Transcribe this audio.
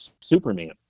Superman